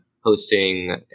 hosting